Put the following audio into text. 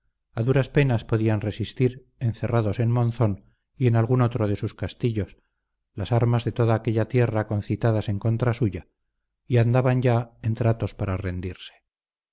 a duras penas podían resistir encerrados en monzón y en algún otro de sus castillos las armas de toda aquella tierra concitadas en contra suya y andaban ya en tratos para rendirse